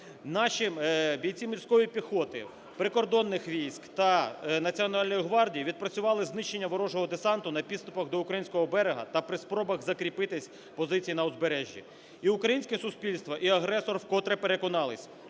Наші бійці морської піхоти, прикордонних військ та Національної гвардії відпрацювали знищення ворожого десанту на підступах до українського берега та при спробах закріпити позиції на узбережжі. І українське суспільство, і агресор вкотре переконались